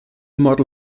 model